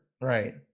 right